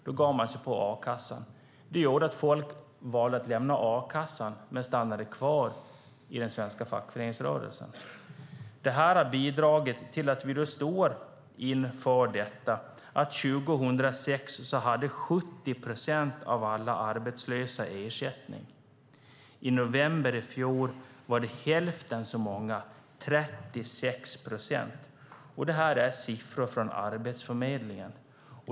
Man gav sig på a-kassan. Det gjorde att människor valde att lämna a-kassan men stannade kvar i den svenska fackföreningsrörelsen. Detta har bidragit till att vi i dag står inför detta. År 2006 hade 70 procent av alla arbetslösa ersättning. I november i fjol var det hälften så många, 36 procent. Detta är siffror från Arbetsförmedlingen.